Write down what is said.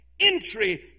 entry